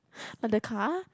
but the car